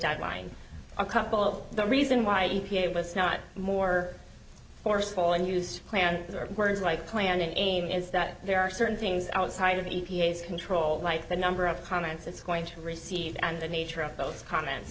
timeline a couple of the reason why e p a was not more forceful and use plan or words like planning aid is that there are certain things outside of b p s control like the number of comments it's going to receive and the nature of those comments